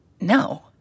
No